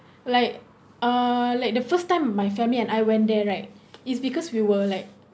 like uh like the first time my family and I went there right is because we were like